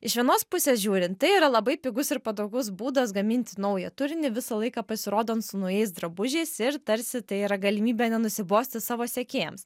iš vienos pusės žiūrint tai yra labai pigus ir patogus būdas gaminti naują turinį visą laiką pasirodant su naujais drabužiais ir tarsi tai yra galimybė nenusibosti savo sekėjams